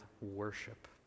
worship